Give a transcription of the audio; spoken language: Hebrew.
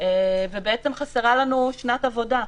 ובעצם חסרה לנו שנת עבודה.